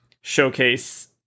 showcase